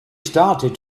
started